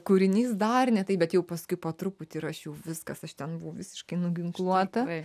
kūrinys dar ne taip bet jau paskui po truputį ir aš jau viskas aš ten buvau visiškai nuginkluota